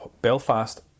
Belfast